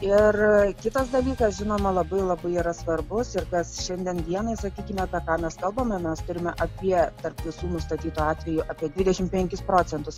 ir kitas dalykas žinoma labai labai yra svarbus ir kas šiandien dienai sakykime apie ką mes kalbame mes turime apie tarp visų nustatytų atvejų apie dvidešimt penkis procentus